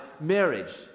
marriage